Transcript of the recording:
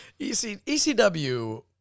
ECW